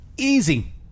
Easy